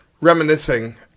reminiscing